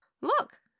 look